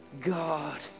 God